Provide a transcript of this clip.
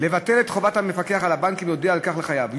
לבטל את חובת המפקח על הבנקים להודיע על כך לחייב.